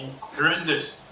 Horrendous